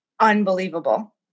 unbelievable